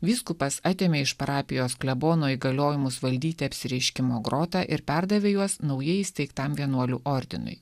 vyskupas atėmė iš parapijos klebono įgaliojimus valdyti apsireiškimo grota ir perdavė juos naujai įsteigtam vienuolių ordinui